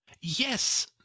yes